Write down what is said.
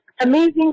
amazing